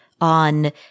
on